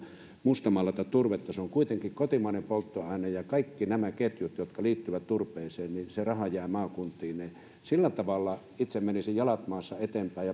mustamaalata turvetta se on kuitenkin kotimainen polttoaine ja kaikista näistä ketjuista jotka liittyvät turpeeseen se raha jää maakuntiin sillä tavalla itse menisin jalat maassa eteenpäin